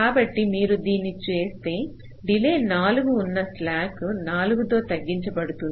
కాబట్టి మీరు దీన్ని చేస్తే డిలే 4 ఉన్న స్లాక్ 4 తో తగ్గించబడుతుంది